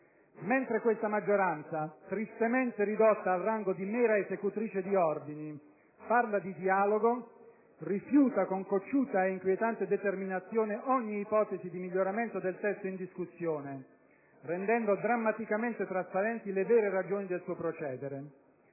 Mentre questa maggioranza - tristemente ridotta al rango di mera esecutrice di ordini - parla di dialogo, rifiuta con cocciuta e inquietante determinazione ogni ipotesi di miglioramento del testo in discussione, rendendo drammaticamente trasparenti le vere ragioni del suo procedere.